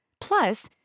Plus